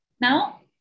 Now